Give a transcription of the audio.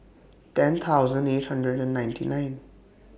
ten thousand eight hundred and ninety nine